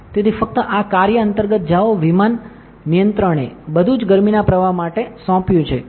તેથી ફક્ત આ કાર્ય અંતર્ગત જાઓ વિમાન નિયંત્રણ એ બધું જ ગરમીના પ્રવાહ માટે સોંપ્યું છે